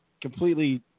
Completely